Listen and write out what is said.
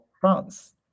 France